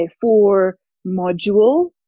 four-module